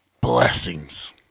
Blessings